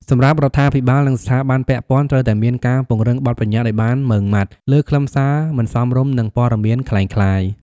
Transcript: សម្រាប់រដ្ឋាភិបាលនិងស្ថាប័នពាក់ព័ន្ធ ត្រូវតែមានការ ពង្រឹងបទប្បញ្ញត្តិឲ្យបានម៉ឺងម៉ាត់ លើខ្លឹមសារមិនសមរម្យនិងព័ត៌មានក្លែងក្លាយ។